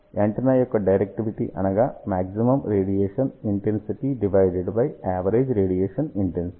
antenna యొక్క directivity అనగా maximum radiation intensity divided by average radiation intensity